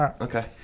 Okay